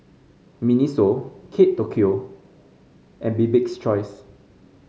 Miniso Kate Tokyo and Bibik's Choice